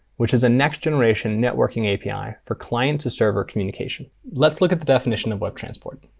which is a next-generation networking api for client-to-server communication. let's look at the definition of webtransport.